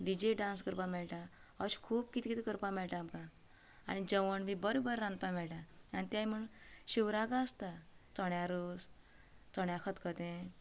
DJ dance करपाक मेळटा अशें खूब कित कितें करपाक मेळटा आमकां आनी जेवण बी बरें बरें रांदपाक मेळटा आनी तें म्हण शिवराक आसता चण्या रोस चण्या खतखतें